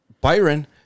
Byron